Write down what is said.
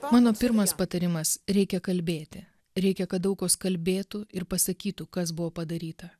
mano pirmas patarimas reikia kalbėti reikia kad daug kas kalbėtų ir pasakytų kas buvo padaryta